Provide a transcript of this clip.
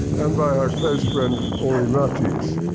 and by her close friend, henri matisse.